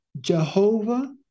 Jehovah